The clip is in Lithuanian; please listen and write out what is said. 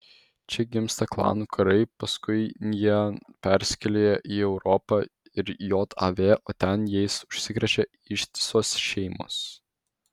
čia gimsta klanų karai paskui jie persikelia į europą ir jav o ten jais užsikrečia ištisos šeimos